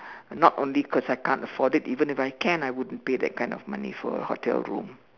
not only cause I can't afford it even if I can I wouldn't pay that kind of money for a hotel room